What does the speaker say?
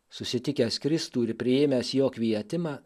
susitikęs kristų ir priėmęs jo kvietimą